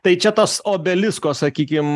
tai čia tas obelisko sakykim